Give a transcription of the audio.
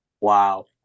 Wow